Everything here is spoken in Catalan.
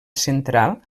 central